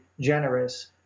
generous